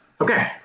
Okay